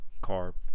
carp